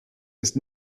ist